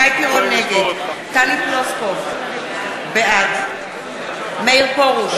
נגד טלי פלוסקוב, בעד מאיר פרוש,